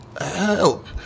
help